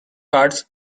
cards